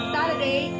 Saturday